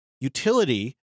utility